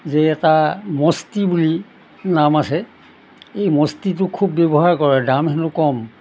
যে এটা মস্তি বুলি নাম আছে এই মস্তিটো খুব ব্যৱহাৰ কৰে দাম হেনো কম